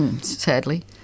Sadly